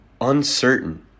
uncertain